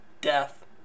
death